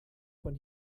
von